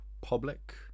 public